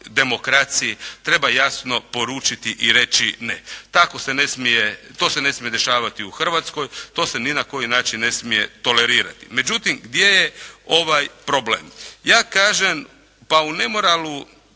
demokraciji, treba jasno poručiti i reći ne. To se ne smije dešavati u Hrvatskoj , to se ni na koji način ne smije tolerirati. Međutim gdje je ovaj problem? Ja kažem pa u nemoralu